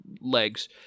legs